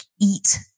eat